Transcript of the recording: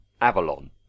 Avalon